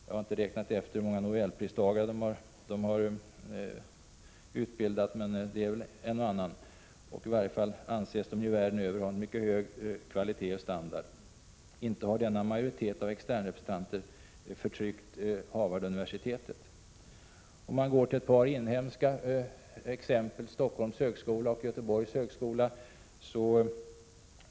Jag har inte räknat efter hur många nobelpristagare man har utbildat, men nog är det en och annan. I varje fall anses Harvard världen över ha en mycket hög kvalitet och standard. Inte har denna majoritet av externrepresentanter förtryckt Harvarduniversitetet! Vi har ett par inhemska exempel, nämligen Stockholms högskola och Göteborgs högskola.